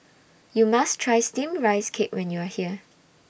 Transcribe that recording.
YOU must Try Steamed Rice Cake when YOU Are here